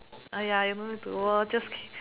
uh ya able to wo~ just keep